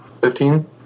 Fifteen